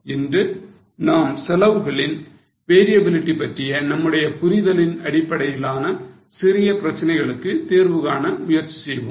இன்று நாம் செலவுகளின் variability பற்றிய நம்முடைய புரிதலின் அடிப்படையிலான சிறிய பிரச்சனைகளுக்கு தீர்வு காண முயற்சி செய்வோம்